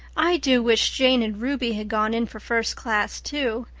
i do wish jane and ruby had gone in for first class, too.